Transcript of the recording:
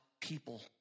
people